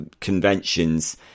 conventions